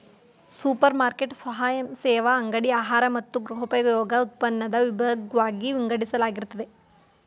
super market ಸ್ವಯಂಸೇವಾ ಅಂಗಡಿ ಆಹಾರ ಮತ್ತು ಗೃಹೋಪಯೋಗಿ ಉತ್ಪನ್ನನ ವಿಭಾಗ್ವಾಗಿ ವಿಂಗಡಿಸಲಾಗಿರ್ತದೆ